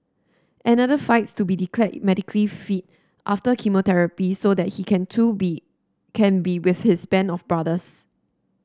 another fights to be declared medically fit after chemotherapy so that he can too be can be with his band of brothers